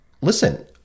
listen